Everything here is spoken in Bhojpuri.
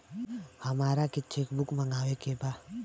हमारा के चेक बुक मगावे के बा?